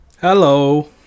Hello